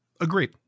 Agreed